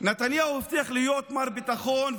נתניהו הבטיח להיות מר ביטחון,